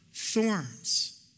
thorns